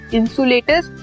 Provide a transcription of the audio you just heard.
insulators